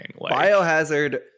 Biohazard